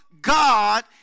God